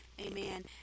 Amen